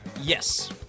Yes